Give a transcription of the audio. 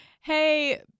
hey